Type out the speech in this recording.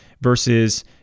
versus